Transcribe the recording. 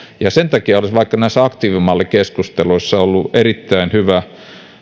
sen takia olisi vaikka näissä aktiivimallikeskusteluissa ollut erittäin hyvä